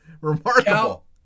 Remarkable